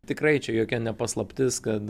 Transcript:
tikrai čia jokia ne paslaptis kad